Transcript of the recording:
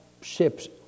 ships